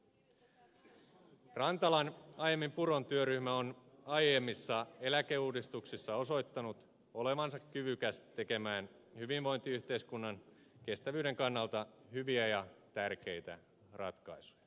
rantalan aiemmin puron työryhmä on aiemmissa eläkeuudistuksissa osoittanut olevansa kyvykäs tekemään hyvinvointiyhteiskunnan kestävyyden kannalta hyviä ja tärkeitä ratkaisuja